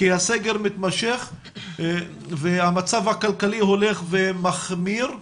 כי הסגר מתמשך והמצב הכלכלי הולך ומחמיר.